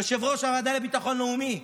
יושב-ראש הוועדה לביטחון לאומי,